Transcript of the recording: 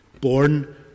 born